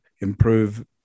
improve